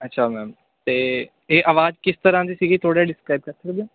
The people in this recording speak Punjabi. ਅੱਛਾ ਮੈਮ ਅਤੇ ਇਹ ਆਵਾਜ਼ ਕਿਸ ਤਰ੍ਹਾਂ ਦੀ ਸੀਗੀ ਥੋੜ੍ਹਾ ਡਿਸਕਰਾਈਬ ਕਰ ਸਕਦੇ ਓ